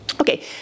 Okay